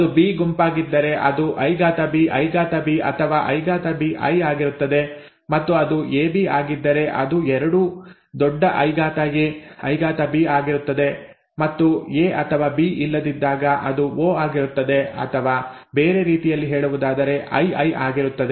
ಅದು ಬಿ ಗುಂಪಾಗಿದ್ದರೆ ಅದು IB IB ಅಥವಾ IBi ಆಗಿರುತ್ತದೆ ಮತ್ತು ಅದು ಎಬಿ ಆಗಿದ್ದರೆ ಅದು ಎರಡೂ ದೊಡ್ಡ IA IB ಆಗಿರುತ್ತದೆ ಮತ್ತು ಎ ಅಥವಾ ಬಿ ಇಲ್ಲದಿದ್ದಾಗ ಅದು ಒ ಆಗಿರುತ್ತದೆ ಅಥವಾ ಬೇರೆ ರೀತಿಯಲ್ಲಿ ಹೇಳುವುದಾದರೆ ii ಆಗಿರುತ್ತದೆ